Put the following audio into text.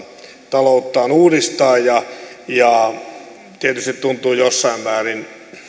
talouttaan uudistaa tietysti tuntuu jossain määrin ei